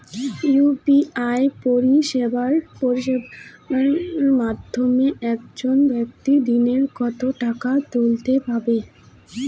UPI পরিষেবার মাধ্যমে একজন ব্যাক্তি দিনে কত টাকা তুলতে পারবে?